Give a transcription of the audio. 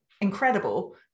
incredible